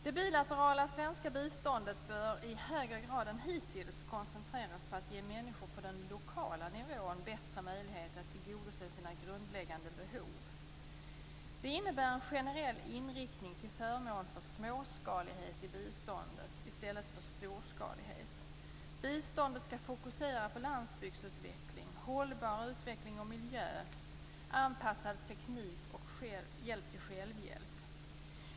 Det bilaterala svenska biståndet bör i högre grad än hittills koncentreras på att ge människor på den lokala nivån bättre möjlighet att tillgodose sina grundläggande behov. Det innebär en generell inriktning till förmån för småskalighet i biståndet i stället för storskalighet. Biståndet skall fokusera landsbygdsutveckling, hållbar utveckling och miljö, anpassad teknik och hjälp till självhjälp.